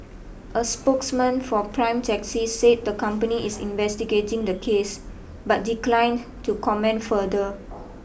a spokesman for Prime Taxi said the company is investigating the case but declined to comment further